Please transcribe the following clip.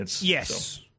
Yes